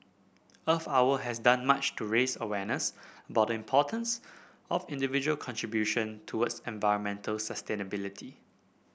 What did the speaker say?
Earth Hour has done much to raise awareness about the importance of individual contribution towards environmental sustainability